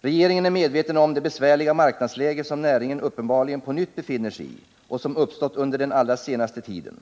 Regeringen är medveten om det besvärliga marknadsläge som näringen uppenbarligen på nytt befinner sig i och som uppstått under den allra senaste tiden.